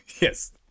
Yes